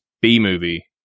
b-movie